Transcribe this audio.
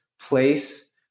place